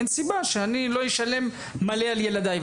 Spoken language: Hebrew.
אין סיבה שאני לא אשלם מלא על ילדיי.